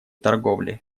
торговли